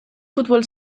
futbol